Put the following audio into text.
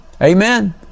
Amen